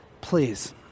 please